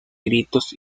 gritos